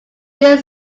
your